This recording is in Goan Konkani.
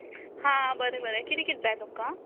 हां बरें बरें किदें किद जाय तुमकां